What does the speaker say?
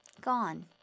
gone